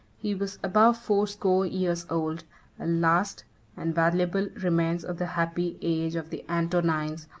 he was above fourscore years old a last and valuable remains of the happy age of the antonines,